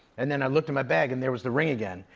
and then i looked in my bag, and there was the ring again.